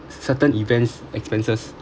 certain events expenses